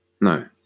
No